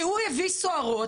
שהוא הביא סוהרות,